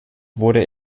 wurde